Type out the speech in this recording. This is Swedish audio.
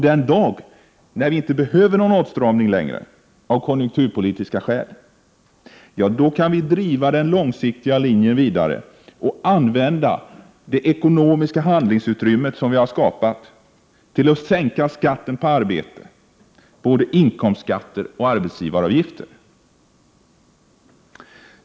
Den dag när vi inte längre behöver någon åtstramning av konjunkturpolitiska skäl, kan vi driva den långsiktiga linjen vidare och använda det ekonomiska handlingsutrymme som vi har skapat för att sänka skatterna på arbete — både inkomstskatter och arbetsgivaravgifter.